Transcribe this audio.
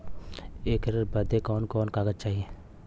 ऐकर बदे कवन कवन कागज चाही?